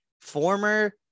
former